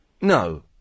No